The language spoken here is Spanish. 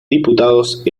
diputados